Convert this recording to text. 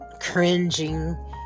cringing